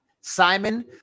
Simon